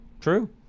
True